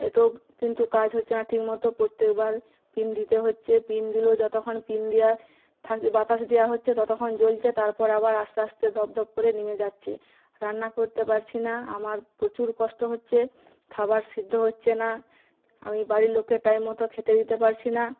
এতেও কিন্তু কাজ হচ্ছে না ঠিকমতো প্রতেকবার পিন দিতে হছে পিন দিলেও যতক্ষণ পিন দেওয়া থাকছে বাতাস দেওয়া হচ্ছে ততক্ষণ জ্বলছে তারপর আবার আস্তে আস্তে দপ দপ করে নিমে যাচ্ছে রান্না করতে পারছি না আমার প্রচুর কষ্ট হচ্ছে খাবার সিদ্ধ হছে না আমি বাড়ির লোককে টাইম মতো খেতে দিতে পারছি না